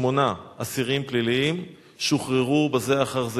שמונה אסירים פליליים שוחררו בזה אחר זה.